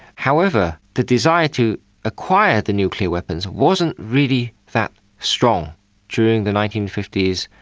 however, the desire to acquire the nuclear weapons wasn't really that strong during the nineteen fifty s,